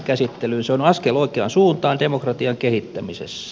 se on askel oikeaan suuntaan demokratian kehittämisessä